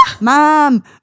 Mom